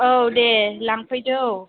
औ दे लांफैदो औ